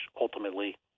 ultimately